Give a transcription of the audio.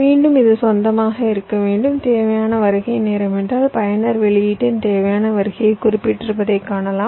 மீண்டும் இது சொந்தமாக இருக்க வேண்டும் தேவையான வருகை நேரம் என்றால் பயனர் வெளியீட்டின் தேவையான வருகையை குறிப்பிட்டிருப்பதை காணலாம்